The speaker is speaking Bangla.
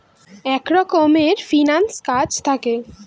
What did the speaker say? এক রকমের ফিন্যান্স কাজ থাকে